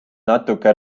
natuke